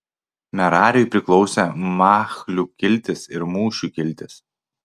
merariui priklausė machlių kiltis ir mušių kiltis